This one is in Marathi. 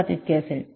07 इतके असेल